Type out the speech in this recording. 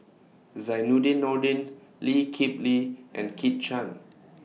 Zainudin Nordin Lee Kip Lee and Kit Chan